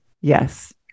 Yes